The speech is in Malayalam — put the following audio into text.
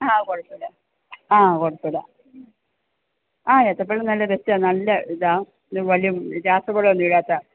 അതു കുഴപ്പമില്ലാ ആ കുഴപ്പമില്ലാ ആ ഏത്തപ്പഴവും നല്ല ടേസ്റ്റാണ് നല്ല ഇതാണ് വലിയ രാസവളമൊന്നുമിടാത്ത